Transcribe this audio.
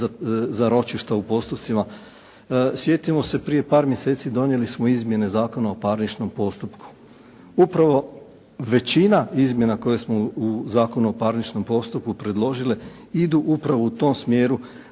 za ročišta u postupcima, sjetimo se prije par mjeseci donijeli smo izmjene Zakona o parničnom postupku. Upravo većina izmjena koje smo u Zakonu o parničnom postupku predložili, idu upravo u tom smjeru